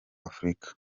afurika